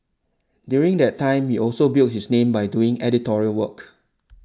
during that time he also built his name by doing editorial work